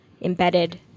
embedded